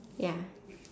ya